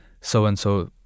so-and-so